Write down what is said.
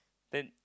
then